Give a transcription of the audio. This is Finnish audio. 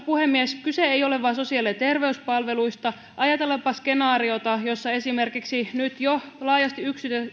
puhemies kyse ei ole vain sosiaali ja terveyspalveluista ajatellaanpa skenaariota jossa esimerkiksi jo nyt laajasti